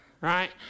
Right